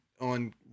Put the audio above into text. on